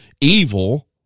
evil